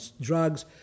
drugs